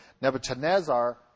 Nebuchadnezzar